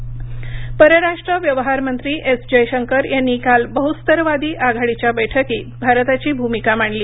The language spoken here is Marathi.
जयशंकर परराष्ट्र व्यवहार मंत्री एस जयशंकर यांनी काल बहुस्तरवादी आघाडीच्या बैठकीत भारताची भूमिका मांडली